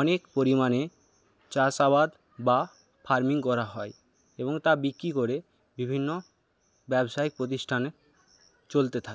অনেক পরিমাণে চাষাবাদ বা ফারমিং করা হয় এবং তা বিক্রি করে বিভিন্ন ব্যবসায়ী প্রতিষ্ঠান চলতে থাকে